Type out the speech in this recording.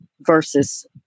Versus